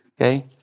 Okay